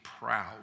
proud